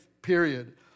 period